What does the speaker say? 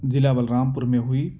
ضلع بلرامپور میں ہوئی